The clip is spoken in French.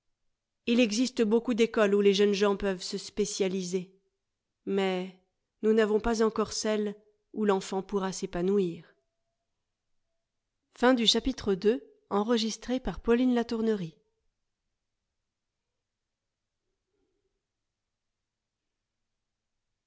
il existe beaucoup d'écoles où les jeunes gens peuvent se spécialiser mais nous n'avons pas encore celle où l'enfant pourra s'épanouir